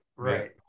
right